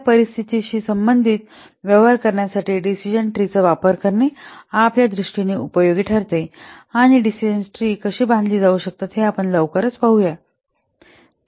तर या परिस्थितींशी संबंधित व्यवहार करण्यासाठी डिसिजन ट्रीचा वापर करणे आपल्या दृष्टीने उपयोगी ठरते आणि डिसिजन ट्री कशी बांधली जाऊ शकतात हे आपण लवकरच पाहू या